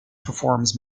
performs